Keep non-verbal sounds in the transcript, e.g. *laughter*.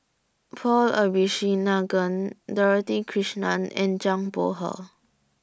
Paul *unintelligible* Dorothy Krishnan and Zhang Bohe